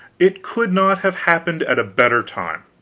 it could not have happened at a better time.